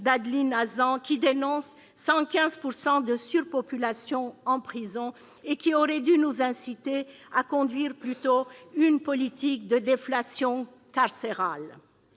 d'Adeline Hazan, qui dénoncent un taux de surpopulation des prisons de 115 % et qui auraient dû nous inciter à conduire plutôt une politique de « déflation carcérale